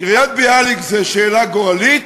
קריית-ביאליק זו שאלה גורלית,